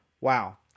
wow